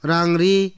Rangri